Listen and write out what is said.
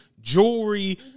jewelry